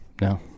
no